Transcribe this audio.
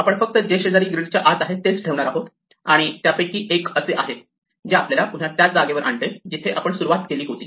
आपण फक्त जे शेजारी ग्रीड च्या आत आहेत तेच ठेवणार आहोत आणि त्यापैकी एक असे आहे जे आपल्याला पुन्हा त्याच जागेवर आणते जिथे आपण सुरुवात केली होती